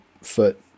foot